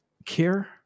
care